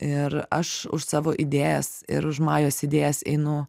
ir aš už savo idėjas ir už majos idėjas einu